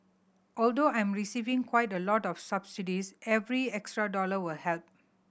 although I'm receiving quite a lot of subsidies every extra dollar will help